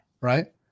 right